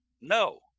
no